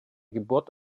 geburt